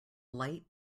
light